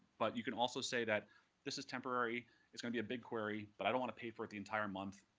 but you can also say that this is temporary it's going to be a bigquery, but i do want to pay for the entire month.